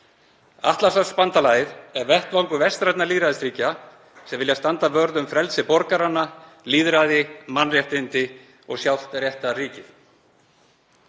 Atlantshafsbandalagið er vettvangur vestrænna lýðræðisríkja sem vilja standa vörð um frelsi borgaranna, lýðræði, mannréttindi og sjálft réttarríkið.